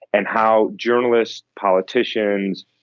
and how journalists, politicians,